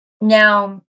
Now